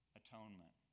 atonement